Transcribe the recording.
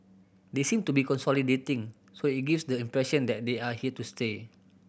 they seem to be consolidating so it gives the impression that they are here to stay